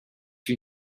you